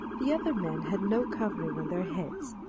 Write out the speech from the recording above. the other men had no covering on their heads,